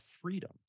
freedom